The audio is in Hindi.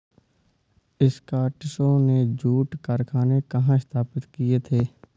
स्कॉटिशों ने जूट कारखाने कहाँ स्थापित किए थे?